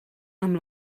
amb